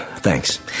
Thanks